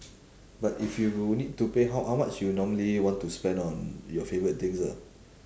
but if you need to pay how how much you normally want to spend on your favourite things ah